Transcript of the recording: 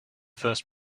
first